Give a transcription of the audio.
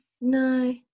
no